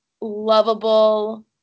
lovable